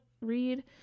read